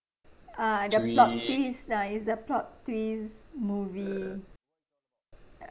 uh the plot twist uh it's the plot twist movie uh